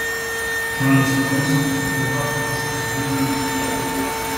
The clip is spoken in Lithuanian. žanas polis su eiva plušo sodindami pievą